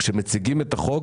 כשמציגים את החוק,